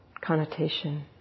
connotation